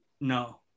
No